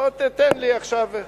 אם מצביעים אני אשאר.